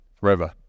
forever